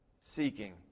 seeking